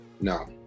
no